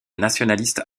nationaliste